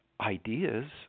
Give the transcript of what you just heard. ideas